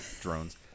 drones